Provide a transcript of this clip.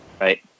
Right